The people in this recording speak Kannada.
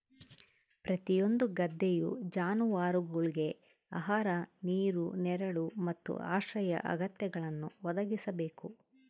ಪ್ರತಿಯೊಂದು ಗದ್ದೆಯು ಜಾನುವಾರುಗುಳ್ಗೆ ಆಹಾರ ನೀರು ನೆರಳು ಮತ್ತು ಆಶ್ರಯ ಅಗತ್ಯಗಳನ್ನು ಒದಗಿಸಬೇಕು